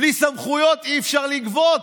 בלי סמכויות אי-אפשר לגבות,